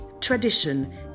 tradition